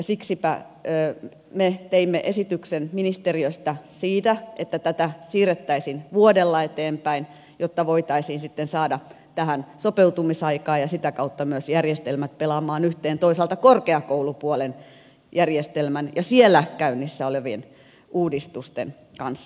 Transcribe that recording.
siksipä me teimme ministeriöstä esityksen siitä että tätä siirrettäisiin vuodella eteenpäin jotta voitaisiin sitten saada tähän sopeutumisaikaa ja sitä kautta myös järjestelmät pelaamaan yhteen toisaalta korkeakoulupuolen järjestelmän ja siellä käynnissä olevien uudistusten kanssa